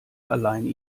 alleine